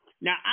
Now